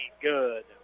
Good